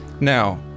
Now